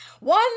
one